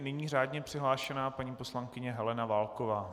Nyní řádně přihlášená paní poslankyně Helena Válková.